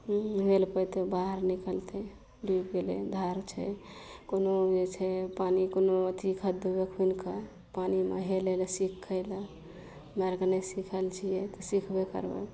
हेल पइतय बाहर निकलतय डुबि गेलय धार छै कोनो जे छै पानि कोनो अथी खद्दो खुनिकऽ पानिमे हेलय लए सीखय लए हमरा आरके नहि सिखल छियै तऽ सिखबे करबय